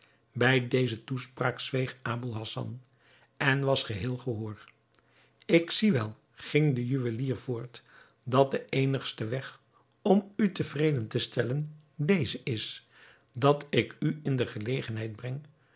bij deze toespraak zweeg aboul hassan en was geheel gehoor ik zie wel ging de juwelier voort dat de eenigste weg om u tevreden te stellen deze is dat ik u in de gelegenheid breng